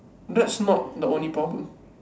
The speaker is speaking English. that's not the only problem